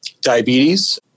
diabetes